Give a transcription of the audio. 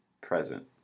present